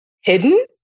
hidden